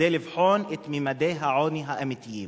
כדי לבחון את ממדי העוני האמיתיים.